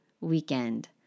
weekend